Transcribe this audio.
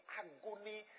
agony